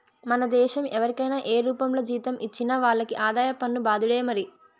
మన దేశం ఎవరికైనా ఏ రూపంల జీతం ఇచ్చినా వాళ్లకి ఆదాయ పన్ను బాదుడే మరి